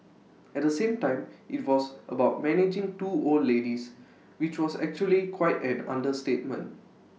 at the same time IT was about managing two old ladies which was actually quite an understatement